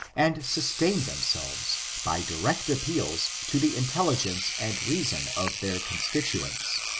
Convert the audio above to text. and sustain themselves by direct appeals to the intelligence and reason of their constituents.